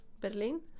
Berlin